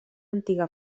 antiga